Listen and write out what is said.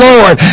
Lord